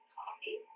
coffee